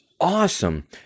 awesome